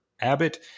Abbott